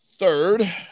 Third